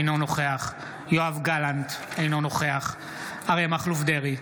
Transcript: אינו נוכח יואב גלנט, אינו נוכח אריה מכלוף דרעי,